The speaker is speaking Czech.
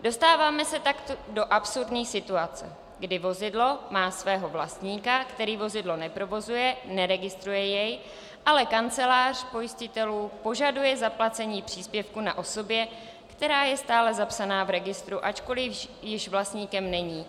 Dostáváme se tak do absurdní situace, kdy vozidlo má svého vlastníka, který vozidlo neprovozuje, neregistruje jej, ale kancelář pojistitelů požaduje zaplacení příspěvku na osobě, která je stále zapsána v registru, ačkoliv již vlastníkem není,